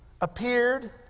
appeared